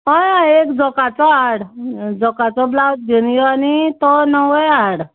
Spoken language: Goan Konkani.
हय हय एक जॉकाचो हाड जॉकाचो ब्लावज घेवन यो आनी तो नवोय हाड